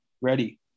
Ready